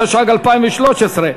התשע"ג 2013,